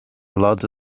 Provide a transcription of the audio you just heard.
blood